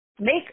Make